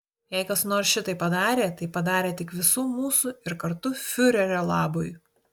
jei kas nors šitai padarė tai padarė tik visų mūsų ir kartu fiurerio labui